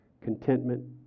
Contentment